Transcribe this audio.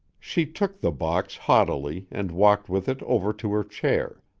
she took the box haughtily and walked with it over to her chair.